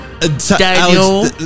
Daniel